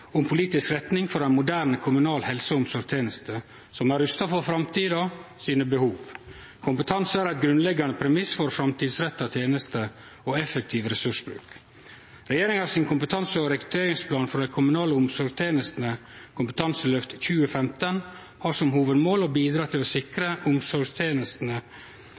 retning for ei moderne kommunal helse- og omsorgsteneste, som er rusta for behova i framtida. Kompetanse er ein grunnleggjande premiss for framtidsretta tenester og effektiv ressursbruk. Regjeringa sin kompetanse- og rekrutteringsplan for dei kommunale omsorgstenestene, Kompetanseløftet 2015, har som hovudmål å bidra til å sikre omsorgstenestene